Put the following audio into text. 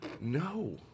No